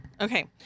Okay